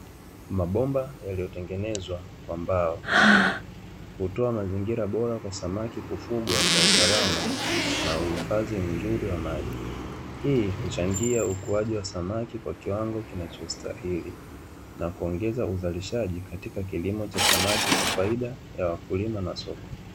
Mabomba yaliyotengenezwa kwa mbao, hutoa mazingira bora kwa samaki kufugwa kwa usalama, na uhifadhi mzuri wa maji. Hii huchangia ukuaji wa samaki kwa kiwango kinachostahili, na kuongeza uzalishaji katika cha kilimo cha samaki kwa faida ya wakulima na soko.